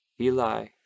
Eli